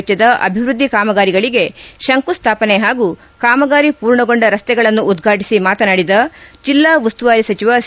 ವೆಚ್ಲದ ಅಭಿವೃದ್ದಿ ಕಾಮಗಾರಿಗಳಿಗೆ ಶಂಕುಸ್ಲಾಪನೆ ಹಾಗೂ ಕಾಮಗಾರಿ ಪೂರ್ಣಗೊಂಡ ರಸ್ತೆಗಳನ್ನು ಉದ್ವಾಟಿಸಿ ಮಾತನಾಡಿದ ಜಿಲ್ಲಾ ಉಸ್ತುವಾರಿ ಸಚಿವ ಸಿ